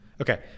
Okay